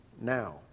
now